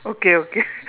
okay okay